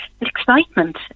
excitement